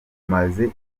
umaze